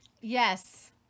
Yes